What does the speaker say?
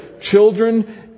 children